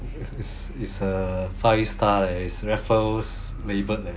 it's it's a five star leh raffles labelled leh